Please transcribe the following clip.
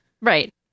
right